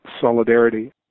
solidarity